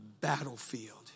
battlefield